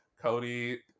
Cody